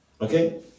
Okay